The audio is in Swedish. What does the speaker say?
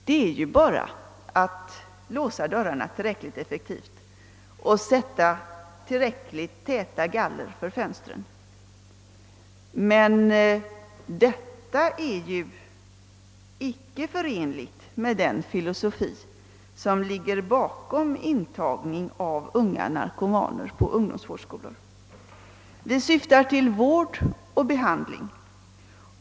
Det är bara att låsa dörrarna tillräckligt effektivt och sätta tillräckligt täta galler för fönstren. Men detta är ju icke förenligt med den filosofi, som ligger bakom intagningen av unga narkomaner på ungdomsvårdsskolor. Vi syftar till vård och behandling.